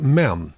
men